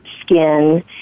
skin